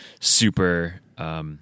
super